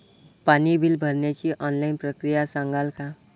पाणी बिल भरण्याची ऑनलाईन प्रक्रिया सांगाल का?